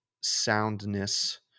soundness